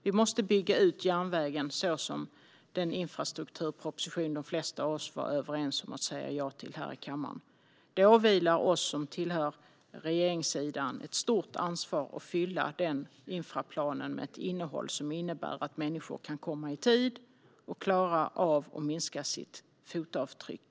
Vi måste bygga ut järnvägen i enlighet med den infrastrukturproposition som de flesta av oss var överens om att säga ja till här i kammaren. Det åvilar oss som tillhör regeringssidan ett stort ansvar att fylla infrastrukturplanen med ett innehåll som innebär att människor kan komma i tid och klara av att minska sitt fotavtryck.